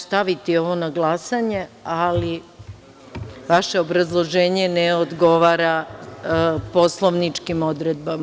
Staviću ovo na glasanje, ali vaše obrazloženje ne odgovara poslovničkim odredbama.